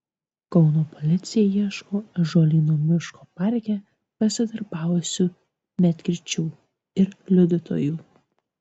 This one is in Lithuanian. kauno policija ieško ąžuolyno miško parke pasidarbavusių medkirčių ir liudytojų